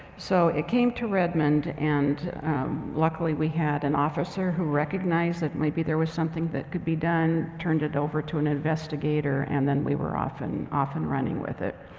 so it came to redmond, and luckily we had an officer who recognized that maybe there was something that could be done. turned it over to an investigator and then we were off and off and running with it.